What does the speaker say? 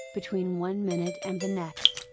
between one minute and the next,